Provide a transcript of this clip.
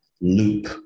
loop